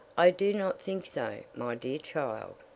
i do not think so, my dear child.